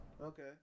Okay